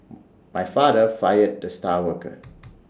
my father fired the star worker